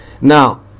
Now